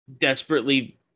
desperately